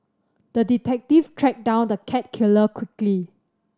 the detective tracked down the cat killer quickly